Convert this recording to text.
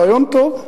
רעיון טוב.